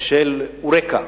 של "אוריקה".